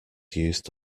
used